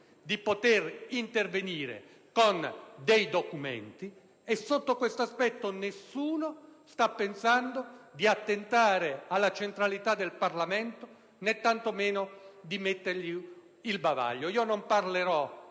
per poter intervenire in maniera documentata. A questo proposito nessuno sta pensando di attentare alla centralità del Parlamento, né tanto meno di mettergli il bavaglio. Io non parlerò